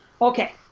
Okay